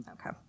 Okay